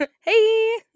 Hey